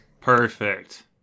perfect